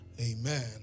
Amen